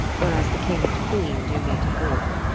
where as the king and queene do meane to hawke